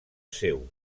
seu